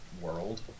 World